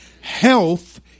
Health